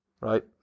Right